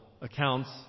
accounts